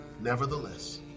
Nevertheless